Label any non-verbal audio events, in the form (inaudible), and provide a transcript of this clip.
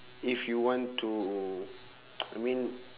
if you want to (noise) I mean